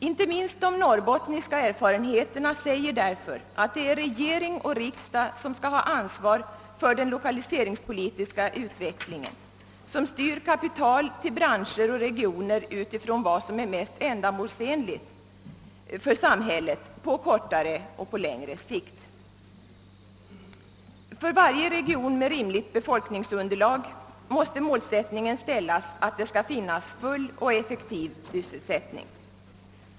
Inte minst de norrbottniska erfarenheterna visar därför att det är regering och riksdag som skall ha ansvar för den lokaliseringspolitiska utvecklingen, som styr kapitalet till branscher och regioner utifrån vad som är mest ändamålsenligt för samhället på kortare och längre sikt. För varje region med rimligt befolkningsunderlag måste målsättningen ställas att det skall finnas full och effektiv sysselsättning.